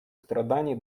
страданий